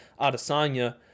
Adesanya